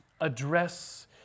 address